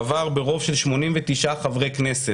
עבר ברוב של 89 חברי כנסת